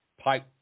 pipe